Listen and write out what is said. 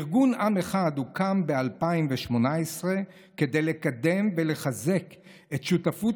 ארגון עם אחד הוקם ב-2018 כדי לקדם ולחזק את שותפות